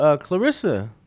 Clarissa